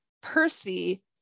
Percy